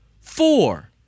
Four